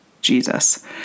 Jesus